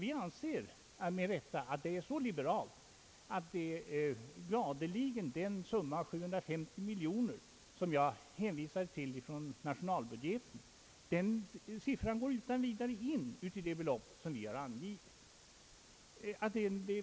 Vi anser med rätta att vårt förslag är så liberalt att den summa av 750 miljoner kronor i nationalbudgeten som jag har hänvisat till utan vidare går in i det belopp som vi har angivit.